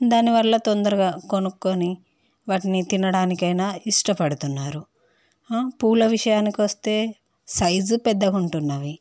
దాని వల్ల తొందరగా కొనుక్కొని వాటిని తినడానికైనా ఇష్టపడుతున్నారు పూల విషయానికి వస్తే సైజు పెద్దగా ఉంటున్నవి